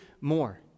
more